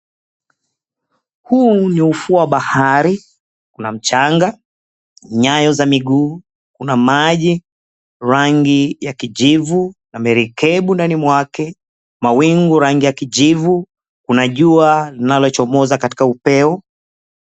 Huu ni ufuo wa bahari. Kuna mchanga, nyayo za miguu, kuna maji rangi ya kijivu na merikebu ndani mwake, mawingu rangi ya kijivu. Kuna jua linalochomoza katika upeo.